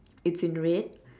it's in red